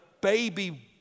baby